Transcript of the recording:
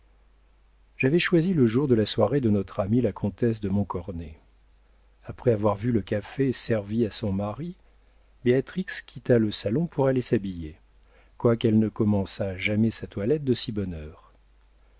j'avais choisi le jour de la soirée de notre amie la comtesse de montcornet après avoir vu le café servi à son mari béatrix quitta le salon pour aller s'habiller quoiqu'elle ne commençât jamais sa toilette de si bonne